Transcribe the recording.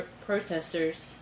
protesters